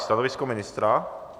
Stanovisko ministra?